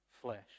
flesh